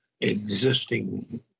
existing